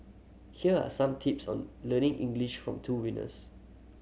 here are some tips on learning English from two winners